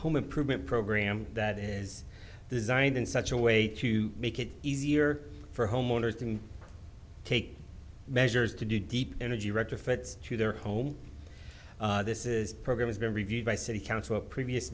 home improvement program that is designed in such a way to make it easier for homeowners to take measures to do deep energy retrofits to their home this is program has been reviewed by city council a previous